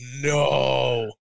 no